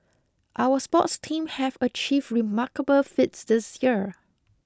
our sports team have achieve remarkable feats this year